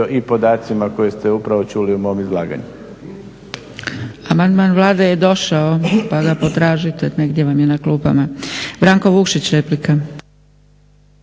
i podacima koje ste upravo čuli u mom izlaganju.